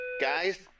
Guys